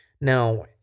Now